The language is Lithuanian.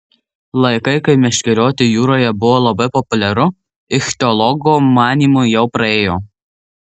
laikai kai meškerioti jūroje buvo labai populiaru ichtiologo manymu jau praėjo